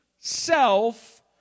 self